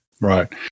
right